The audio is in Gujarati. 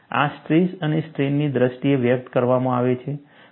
આ સ્ટ્રેસ અને સ્ટ્રેઇનની દ્રષ્ટિએ વ્યક્ત કરવામાં આવે છે